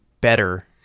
better